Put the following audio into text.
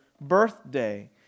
birthday